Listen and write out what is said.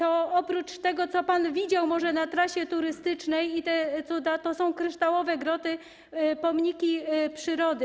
Oprócz tego, co pan widział może na trasie turystycznej, te cuda, to są kryształowe groty, pomniki przyrody.